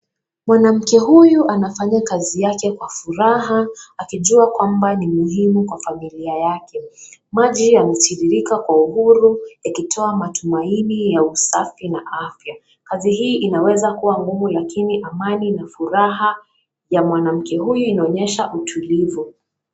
Mwanamke huyu anafanya kazi yake kwa furaha akijua kwamba ni muhimu kwa familia yake. Maji yanatiririka kwa uhuru yakitoa matumaini ya usafi na afya. Kazi hii inaweza kua ngumu lakini amani na furaha ya mwanamke huyu inaonyesha utulivu.